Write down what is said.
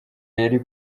yari